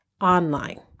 online